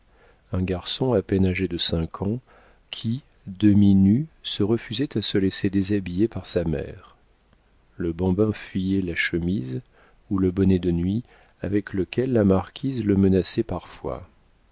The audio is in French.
un garçon à peine âgé de cinq ans qui demi-nu se refusait à se laisser déshabiller par sa mère le bambin fuyait la chemise ou le bonnet de nuit avec lequel la marquise le menaçait parfois